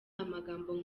amagambo